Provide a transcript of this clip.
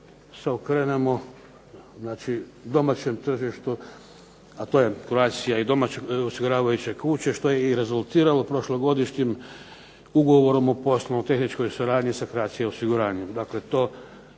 okrenemo, znači domaćem tržištu, a to je Croatia i domaće osiguravajuće kuće, što je i rezultiralo prošlogodišnjim ugovorom o poslovnoj tehničkoj suradnji sa Croatia osiguranjem.